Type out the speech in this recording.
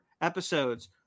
episodes